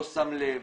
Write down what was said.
לא שם לב,